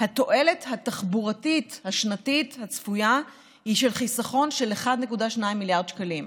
התועלת התחבורתית השנתית הצפויה היא חיסכון של 1.2 מיליארד שקלים,